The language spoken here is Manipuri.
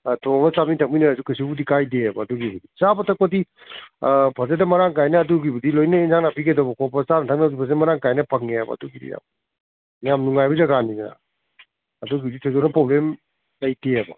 ꯊꯣꯡꯉ ꯆꯥꯃꯤꯟ ꯊꯛꯃꯤꯟꯅꯔꯁꯨ ꯀꯩꯁꯨꯕꯨꯗꯤ ꯀꯥꯏꯗꯦꯑꯕ ꯑꯗꯨꯒꯤꯗꯤ ꯆꯥꯕ ꯊꯛꯄꯗꯤ ꯐꯖꯅ ꯃꯔꯥꯡ ꯀꯥꯏꯅ ꯑꯗꯨꯒꯤꯕꯨꯗꯤ ꯂꯣꯏꯅ ꯌꯦꯟꯁꯥꯡ ꯅꯥꯄꯤ ꯀꯩꯗꯧꯕ ꯈꯣꯠꯄ ꯆꯥꯅ ꯊꯛꯅꯕꯁꯨ ꯐꯖꯅ ꯃꯔꯥꯡ ꯀꯥꯏꯅ ꯐꯪꯉꯦꯑꯕ ꯑꯗꯨꯒꯤꯗꯤ ꯌꯥꯝ ꯌꯥꯝ ꯅꯨꯡꯉꯥꯏꯕ ꯖꯒꯥꯅꯤꯗꯅ ꯑꯗꯨꯒꯤꯗꯤ ꯊꯣꯏꯗꯣꯛꯅ ꯄ꯭ꯔꯣꯕ꯭ꯂꯦꯝ ꯂꯩꯇꯦꯑꯕ